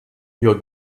your